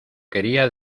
quería